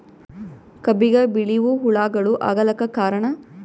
ಕಬ್ಬಿಗ ಬಿಳಿವು ಹುಳಾಗಳು ಆಗಲಕ್ಕ ಕಾರಣ?